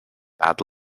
bad